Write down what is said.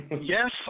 Yes